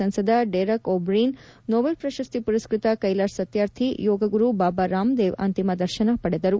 ಸಂಸದ Derek O'Brien Nobel ಪ್ರಶಸ್ತಿ ಪುರಸ್ನತ ಕೈಲಾಶ್ ಸತ್ಪಾರ್ಥಿ ಯೋಗ ಗುರು ಬಾಬಾ ರಾಮ್ದೇವ್ ಅಂತಿಮ ದರ್ಶನ ಪಡೆದರು